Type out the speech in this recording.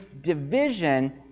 division